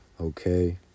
okay